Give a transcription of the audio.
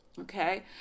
Okay